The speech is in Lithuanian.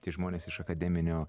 tie žmonės iš akademinio